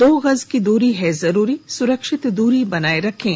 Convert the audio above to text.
दो गज की दूरी है जरूरी सुरक्षित दूरी बनाए रखें